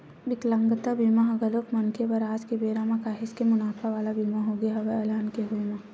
बिकलांगता बीमा ह घलोक मनखे बर आज के बेरा म काहेच के मुनाफा वाला बीमा होगे हवय अलहन के होय म